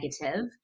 negative